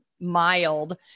mild